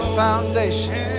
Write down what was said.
foundation